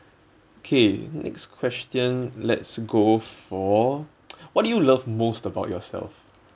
okay next question let's go for what do you love most about yourself